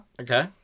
Okay